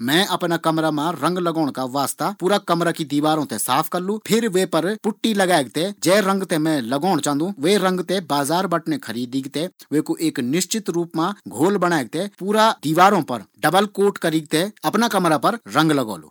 मैं अफणा कमरा मा रंग करना का वास्ता पूरा कमरा की दीवारों थें साफ करलू। फिर वै पर पुट्टी लगैक थें जै रंग थें मैं लगोण चांदु वै रंग थें लैक विकू एक निश्चित घोल बणेक थें पूरा कमरा पर डबल कोट करीक थें पूरा कमरा पर रंग लगोलू।